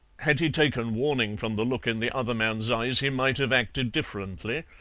had he taken warning from the look in the other man's eyes he might have acted differently.